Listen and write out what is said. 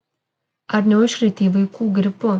ar neužkrėtei vaikų gripu